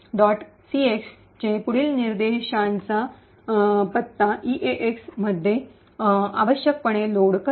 cx जे पुढील निर्देशांचा पत्ता ईसीएक्स मध्ये आवश्यकपणे लोड करते